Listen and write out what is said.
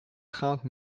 trente